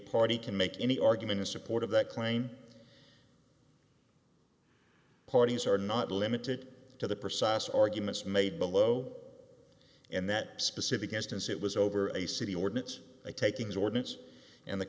party can make any argument in support of that claim parties are not limited to the precise arguments made below and that specific instance it was over a city ordinance a takings ordinance and the